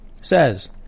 says